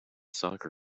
soccer